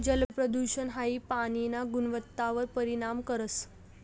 जलप्रदूषण हाई पाणीना गुणवत्तावर परिणाम करस